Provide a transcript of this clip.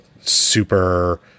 super